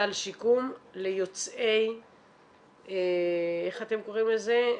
סל שיקום ליוצאי --- איך אתם קוראים לזה?